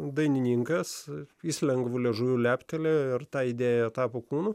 dainininkas jis lengvu liežuviu leptelėjo ir ta idėja tapo kūnu